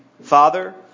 Father